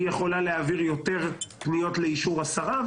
היא יכולה להעביר יותר פניות לאישור השרה,